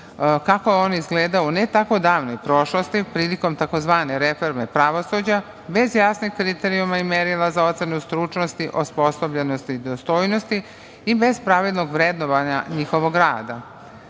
kako je on izgledao u ne tako davnoj prošlosti prilikom tzv. reforme pravosuđa, bez jasnih kriterijuma i merila za ocenu stručnosti, osposobljenosti i dostojnosti i bez pravednog vrednovanja njihovog rada. Pored